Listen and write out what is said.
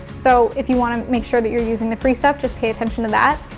so if you wanna make sure that you're using the free stuff, just pay attention to that.